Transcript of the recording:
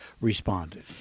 responded